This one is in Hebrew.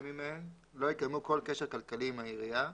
לא יקיימו כל קשר כלכלי עם העירייה,